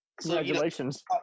Congratulations